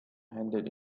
handed